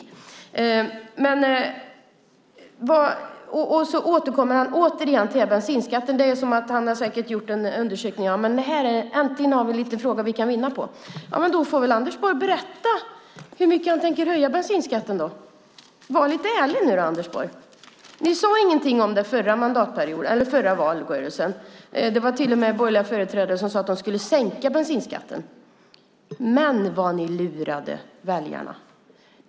Återigen återkommer han till detta med att höja bensinskatten. Äntligen har vi en fråga vi kan vinna på, tänker kanske Anders Borg. Då får han väl berätta hur mycket han tänker höja bensinskatten med. Var lite ärlig nu, Anders Borg! Ni sade inget om detta i förra valrörelsen. Då var det till och med borgerliga företrädare som sade att de skulle sänka bensinskatten. Vad ni lurade väljarna!